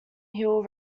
hill